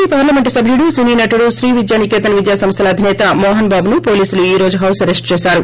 మాజీ పార్లమెంట్ సబ్యుడు సినీ నటుడు శ్రీవిద్యానికేతన్ విద్యాసంస్థల అధినేత మోహన్బాబును పోలీసులు ఈ రోజు హౌస్ అరెస్ట్ చేశారు